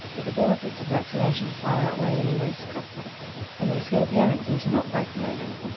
but the benefits of vaccination far outweigh any risks and they scare parents into not vaccinating.